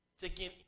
taking